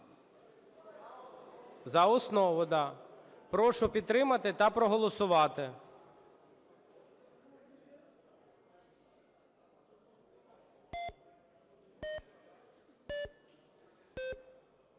За основу, да. Прошу підтримати та проголосувати.